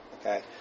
Okay